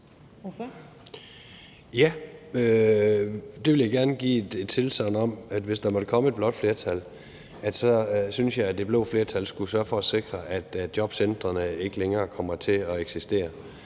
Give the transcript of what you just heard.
(V): Ja, det vil jeg gerne give et tilsagn om. Hvis der måtte komme et blåt flertal, synes jeg, at det blå flertal skulle sørge for at sikre, at jobcentrene ikke længere kommer til at eksistere,